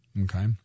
Okay